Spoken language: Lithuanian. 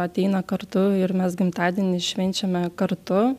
ateina kartu ir mes gimtadienį švenčiame kartu